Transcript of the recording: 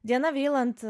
diana vryland